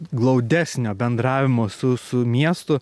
glaudesnio bendravimo su su miestu